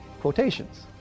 quotations